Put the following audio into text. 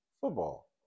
football